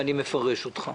אם אני מפרש אותך.